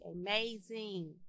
amazing